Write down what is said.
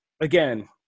again